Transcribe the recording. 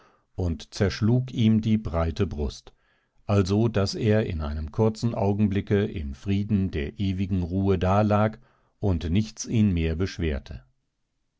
und zerschlug ihm die breite brust also daß er in einem kurzen augenblicke im frieden der ewigen ruhe da lag und nichts ihn mehr beschwerte